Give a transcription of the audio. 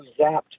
zapped